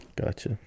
Gotcha